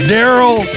Daryl